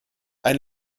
ein